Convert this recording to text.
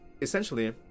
essentially